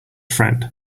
friend